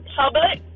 public